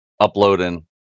uploading